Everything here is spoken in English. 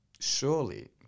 surely